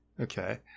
Okay